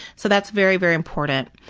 so that's very, very important.